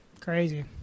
Crazy